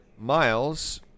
Miles